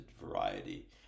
variety